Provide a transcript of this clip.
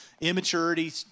immaturity